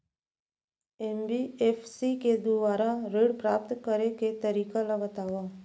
NBFC के दुवारा ऋण प्राप्त करे के तरीका ल बतावव?